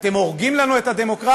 אתם הורגים לנו את הדמוקרטיה.